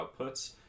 outputs